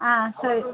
ಆಂ ಸರಿ